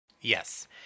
Yes